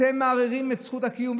אתם מערערים את זכות הקיום,